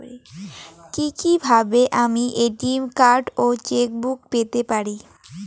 কি কিভাবে আমি এ.টি.এম কার্ড ও চেক বুক পেতে পারি?